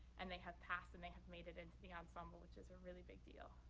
and they have passed, and they have made it into the ensemble, which is a really big deal.